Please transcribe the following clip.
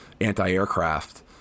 anti-aircraft